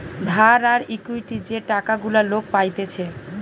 ধার আর ইকুইটি যে টাকা গুলা লোক পাইতেছে